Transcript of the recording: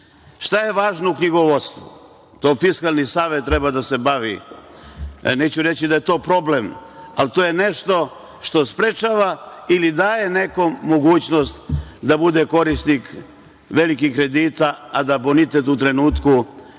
Šta je važno u knjigovodstvu? Time Fiskalni savet treba da se bavi i neću reći da je to problem, ali to je nešto što sprečava ili daje nekome budućnost da bude korisnik velikih kredita, a da bonitet u trenutku ne